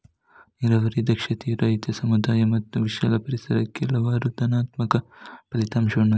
ನೀರಾವರಿ ದಕ್ಷತೆಯು ರೈತ, ಸಮುದಾಯ ಮತ್ತು ವಿಶಾಲ ಪರಿಸರಕ್ಕೆ ಹಲವಾರು ಧನಾತ್ಮಕ ಫಲಿತಾಂಶಗಳನ್ನು ಹೊಂದಿದೆ